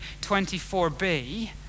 24b